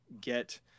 get